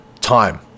time